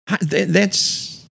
thats